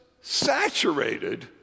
saturated